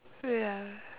ya